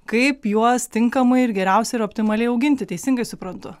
kaip juos tinkamai ir geriausiai ir optimaliai auginti teisingai suprantu